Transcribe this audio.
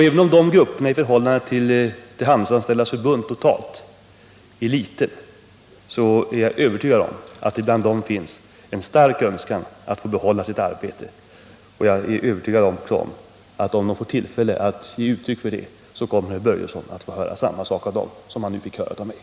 Även om dessa grupper är små i förhållande till Handelsanställdas förbund totalt, är jag övertygad om att herr Börjesson kommer att få höra samma sak av dem som herr Börjesson nu har fått höra av mig, om de får tillfälle att ge uttryck för sin mening. De kommer att uttrycka sin starka önskan att behålla sitt arbete.